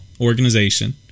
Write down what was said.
organization